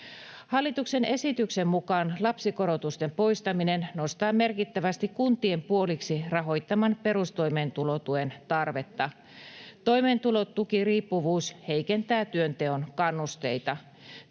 Hallituksen esityksen mukaan lapsikorotusten poistaminen nostaa merkittävästi kuntien puoliksi rahoittaman perustoimeentulotuen tarvetta. Toimeentulotukiriippuvuus heikentää työnteon kannusteita.